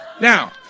Now